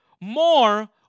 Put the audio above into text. more